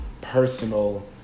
personal